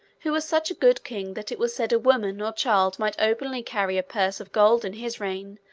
who was such a good king that it was said a woman or child might openly carry a purse of gold, in his reign,